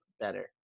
better